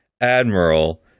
Admiral